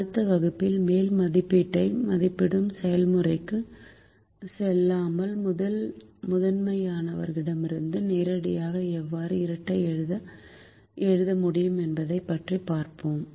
அடுத்த வகுப்பில் மேல் மதிப்பீட்டை மதிப்பிடும் செயல்முறைக்குச் செல்லாமல் முதன்மையானவரிடமிருந்து நேரடியாக எவ்வாறு இரட்டை எழுத முடியும் என்பதைப் பார்ப்போம்